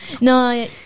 No